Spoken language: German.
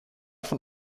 von